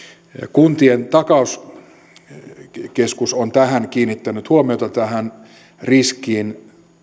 kuntien takauskeskus on kiinnittänyt huomiota tähän riskiin